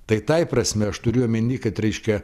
tai tai prasme aš turiu omeny kad reiškia